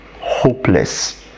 hopeless